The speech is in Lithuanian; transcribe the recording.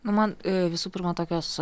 nu man visų pirma tokios